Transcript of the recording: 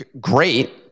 Great